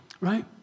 right